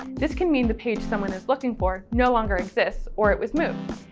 this can mean the page someone is looking for no longer exists, or it was moved.